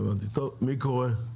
טוב, מי קורא?